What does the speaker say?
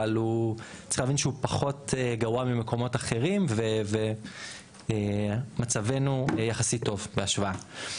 אבל צריך להבין שהוא פחות גרוע ממקומות אחרים ומצבנו יחסית טוב בהשוואה.